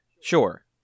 Sure